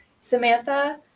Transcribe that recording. Samantha